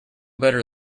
better